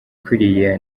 kuriya